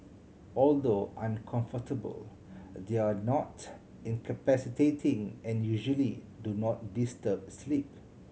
although uncomfortable they are not incapacitating and usually do not disturb sleep